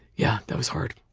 yeah, that was hard.